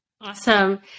Awesome